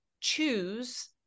choose